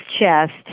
chest